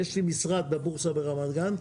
יש לי משרד בבורסה ברמת גן.